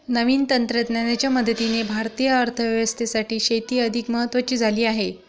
नवीन तंत्रज्ञानाच्या मदतीने भारतीय अर्थव्यवस्थेसाठी शेती अधिक महत्वाची झाली आहे